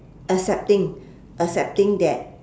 accepting accepting that